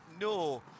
no